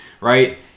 right